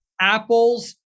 apples